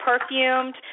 perfumed